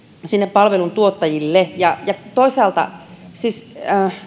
palveluntuottajille toisaalta